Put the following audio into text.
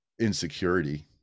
insecurity